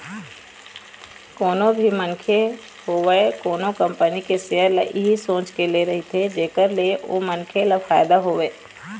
कोनो भी मनखे होवय कोनो कंपनी के सेयर ल इही सोच के ले रहिथे जेखर ले ओ मनखे ल फायदा होवय